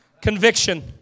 Conviction